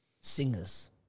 Singers